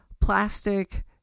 plastic